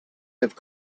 have